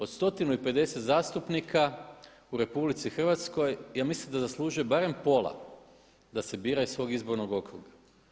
Od 150 zastupnika u RH ja mislim da zaslužuje barem pola da se bira iz svog izbornog okruga.